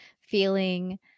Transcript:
feeling